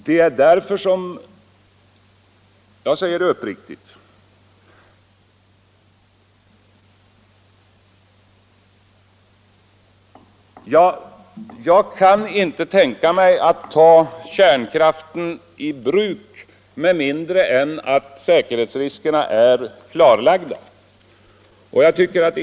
Det är därför som jag uppriktigt säger att jag inte kan tänka mig att ta kärnkraften i bruk med mindre än att säkerhetsriskerna är klarlagda.